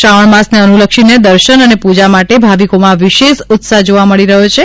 શ્રાવણ માસને અનુલક્ષીને દર્શન અને પૂજા માટે ભાવિકોમાં વિશેષ ઉત્સાહ જોવા મળી રહ્યો છે